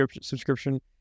subscription